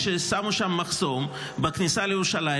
כששמו שם מחסום בכניסה לירושלים,